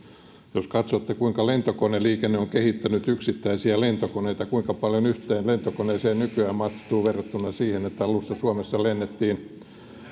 jos katsotte kuinka lentokoneliikenne on kehittänyt yksittäisiä lentokoneita kuinka paljon yhteen lentokoneeseen nykyään mahtuu verrattuna siihen että alussa suomessa lennettiin